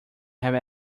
have